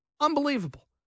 Unbelievable